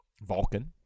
Vulcan